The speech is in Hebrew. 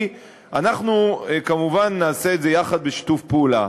אנחנו כמובן נעשה את זה יחד בשיתוף פעולה.